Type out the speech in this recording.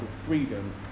freedom